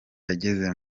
yageze